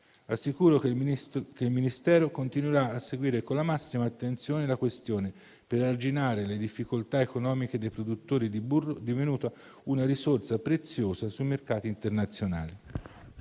Assicuro che il Ministero continuerà a seguire con la massima attenzione la questione per arginare le difficoltà economiche dei produttori di burro, divenuto una risorsa preziosa sui mercati internazionali.